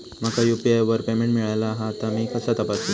माका यू.पी.आय वर पेमेंट मिळाला हा ता मी कसा तपासू?